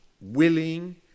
willing